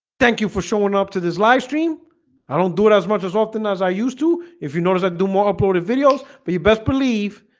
thank you for showing up to this live stream i don't do it as much as often as i used to if you notice that do-more uploaded videos, but you best believe